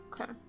Okay